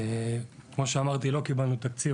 לא קיבלנו תקציב,